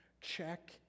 Check